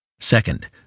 Second